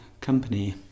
company